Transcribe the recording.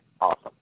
Awesome